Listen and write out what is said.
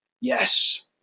yes